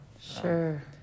sure